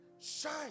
shine